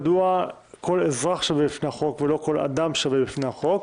מדוע כל אזרח שווה בפני החוק ולא כל אדם שווה בפני החוק?